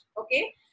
Okay